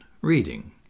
reading